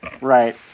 Right